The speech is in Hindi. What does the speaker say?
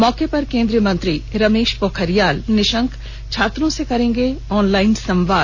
मौके पर केन्द्रीय मंत्री रमेष पोखरियाल निषंक छात्रों से करेंगे ऑनलाइन संवाद